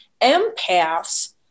Empaths